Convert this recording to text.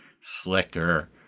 slicker